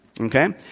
Okay